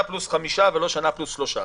פלוס חמישה חודשים ולא שנה פלוס שלושה,